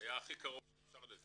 היה הכי קרוב שאפשר.